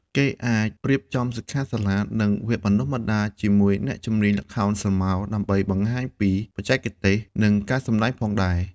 គេក៏អាចរៀបចំសិក្ខាសាលា និងវគ្គបណ្តុះបណ្តាលជាមួយអ្នកជំនាញល្ខោនស្រមោល ដើម្បីបង្ហាញពីបច្ចេកទេស និងការសម្តែងផងដែរ។